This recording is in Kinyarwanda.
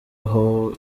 aho